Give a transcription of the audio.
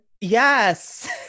Yes